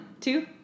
two